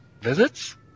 Visits